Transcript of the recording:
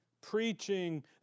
preaching